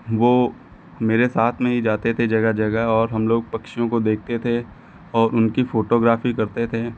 वह मेरे साथ में ही जाते थे जगह जगह और हम लोग पक्षियों को देखते थे और उनकी फ़ोटोग्राफी करते थे